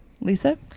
Lisa